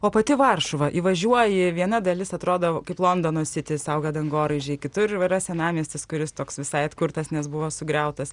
o pati varšuva įvažiuoji viena dalis atrodo kaip londono sitis auga dangoraižiai kitur jau yra senamiestis kuris toks visai atkurtas nes buvo sugriautas